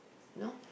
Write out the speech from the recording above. no